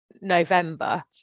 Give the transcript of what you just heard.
November